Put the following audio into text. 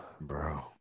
Bro